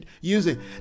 using